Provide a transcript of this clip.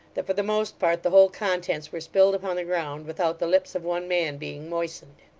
that, for the most part, the whole contents were spilled upon the ground, without the lips of one man being moistened.